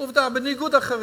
עובדה, בניגוד לאחרים.